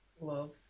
Love